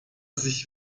sich